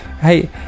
hey